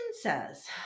says